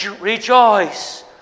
rejoice